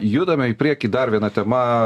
judame į priekį dar viena tema